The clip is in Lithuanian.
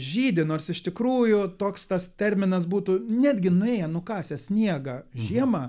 žydi nors iš tikrųjų toks tas terminas būtų netgi nuėję nukasę sniegą žiemą